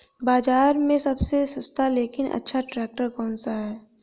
बाज़ार में सबसे सस्ता लेकिन अच्छा ट्रैक्टर कौनसा है?